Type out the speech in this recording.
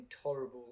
intolerable